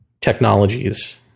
technologies